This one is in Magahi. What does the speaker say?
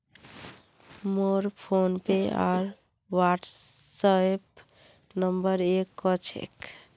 मोर फोनपे आर व्हाट्सएप नंबर एक क छेक